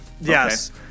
yes